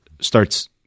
starts